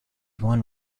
one